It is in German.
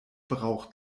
braucht